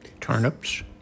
Turnips